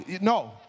No